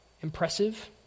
impressive